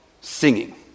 singing